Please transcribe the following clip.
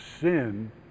sin